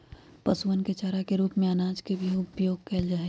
पशुअन के चारा के रूप में अनाज के भी उपयोग कइल जाहई